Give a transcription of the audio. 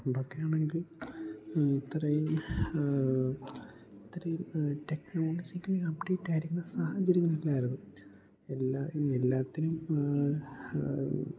പണ്ടൊക്കെ ആണെങ്കിൽ ഇത്രയും ഇത്രയും ടെക്നോളജിക്കലി അപ്ഡേറ്റായിരിക്കുന്ന സാഹചര്യങ്ങൾ ഇല്ലായിരുന്നു എല്ലാ എല്ലാത്തിനും